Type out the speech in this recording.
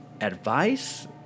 advice